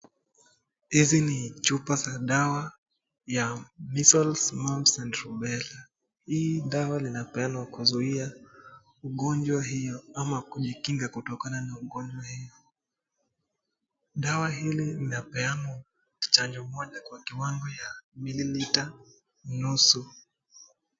Hizi ni chupa za dawa za measles and hii dawa inapeanwa kuzuia ugonjwa hiyo ama kujikunga kutokana na ugonjwa hiyo hili linapeanwa chanjo mmoja kwa kiwango ya milimita nusu.